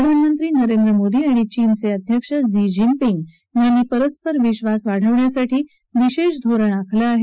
प्रधानमंत्री नरेंद्र मोदी आणि चीनचे अध्यक्ष झी जिनपिंग यांनी परस्पर विश्वास वाढवण्यासाठी विशेष धोरण आखलं आहे